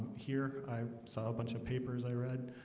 here i saw a bunch of papers i read